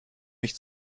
mich